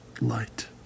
light